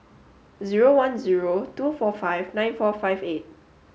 zero one zero two four five nine four five eight